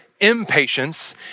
Impatience